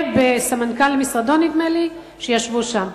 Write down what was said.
ובסמנכ"ל משרדו, נדמה לי, שישבו שם.